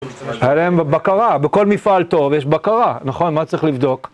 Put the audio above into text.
היה להם בקרה, בכל מפעל טוב יש בקרה, נכון? מה צריך לבדוק?